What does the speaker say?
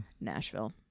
Nashville